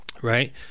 Right